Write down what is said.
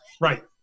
right